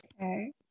Okay